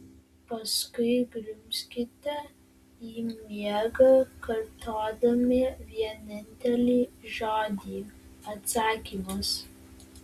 paskui grimzkite į miegą kartodami vienintelį žodį atsakymas